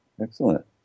Excellent